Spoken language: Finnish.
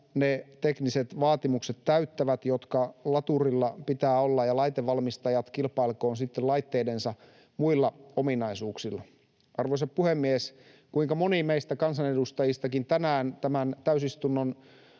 ne tekniset vaatimukset täyttävät, mitkä laturilla pitää olla, ja laitevalmistajat kilpailkoot sitten laitteidensa muilla ominaisuuksilla. Arvoisa puhemies! Kuinka moni meistä kansanedustajistakin tänään tämän täysistunnon